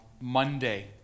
Monday